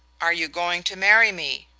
are you going to marry me?